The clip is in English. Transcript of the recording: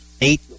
eight